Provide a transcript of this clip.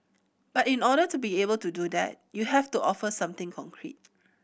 but in order to be able to do that you have to offer something concrete